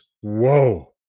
whoa